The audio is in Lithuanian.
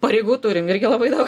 pareigų turim irgi labai daug